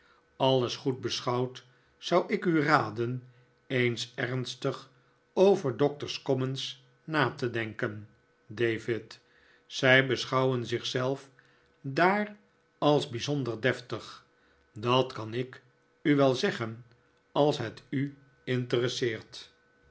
alles goed beschouwd zou ik u raden eens ernstig over doctor's commons na te denken david zij beschouwen zich zelf daar als bijzonder deftig dat kan ik u wel zeggen als het u interesseert